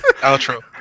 Outro